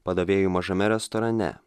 padavėju mažame restorane